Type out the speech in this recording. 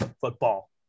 football